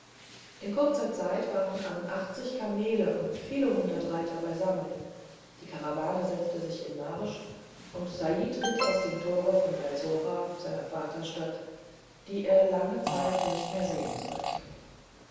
in kurzer zeit waren an achtzig kamele und viele hundert reiter beisammen die karawane setzte sich in marsch und said ritt aus dem tor von balsora seiner vaterstadt die er in langer zeit nicht mehr sehen sollte